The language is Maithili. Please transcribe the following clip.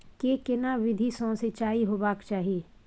के केना विधी सॅ सिंचाई होबाक चाही?